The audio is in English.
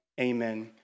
amen